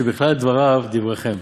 שבכלל דבריו דבריכם.